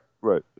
Right